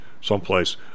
someplace